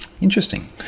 Interesting